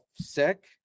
sick